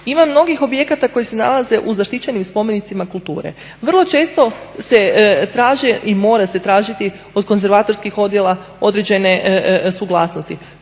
Ima mnogih objekata koji se nalaze u zaštićenim spomenicima kulture. Vrlo često se traže i mora se tražiti od konzervatorskih odjela određene suglasnosti.